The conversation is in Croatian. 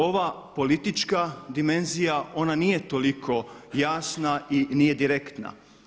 Ova politička dimenzija ona nije toliko jasna i nije direktna.